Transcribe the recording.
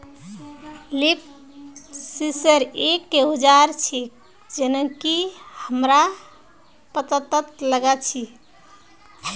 leaf sensor एक औजार छेक जननकी हमरा पत्ततात लगा छी